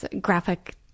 graphic